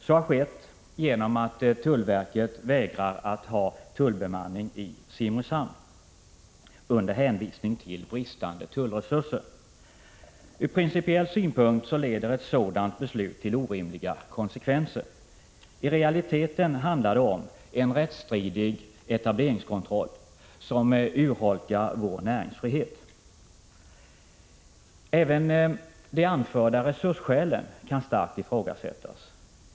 Det har skett genom att tullverket med hänvisning till bristande tullresurser vägrar att ha tullbemanning i Simrishamn. Från principiell synpunkt leder ett sådant beslut till orimliga konsekvenser. I realiteten handlar det om en rättsstridig etableringskontroll som urholkar vår näringsfrihet. Även de anförda resursskälen kan starkt ifrågasättas.